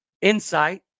insight